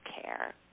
care